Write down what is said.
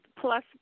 Plus